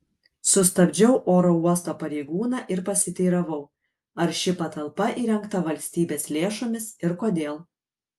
sustabdžiau oro uosto pareigūną ir pasiteiravau ar ši patalpa įrengta valstybės lėšomis ir kodėl